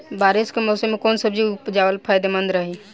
बारिश के मौषम मे कौन सब्जी उपजावल फायदेमंद रही?